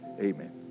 Amen